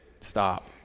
Stop